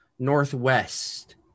Northwest